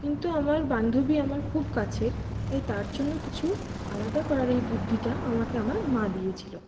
কিন্তু আমার বান্ধবী আমার খুব কাছের তাই তার জন্য কিছু আলাদা করার এই বুদ্ধিটা আমাকে আমার মা দিয়েছিলো